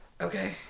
okay